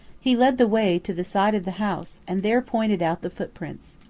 he led the way to the side of the house, and there pointed out the footprints.